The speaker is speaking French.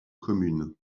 commune